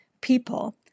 people